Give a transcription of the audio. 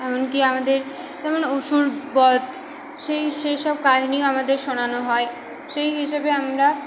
এমনকি আমাদের যেমন অসুর বধ সেই সেই সব কাহিনি আমাদের শোনানো হয় সেই হিসেবে আমরা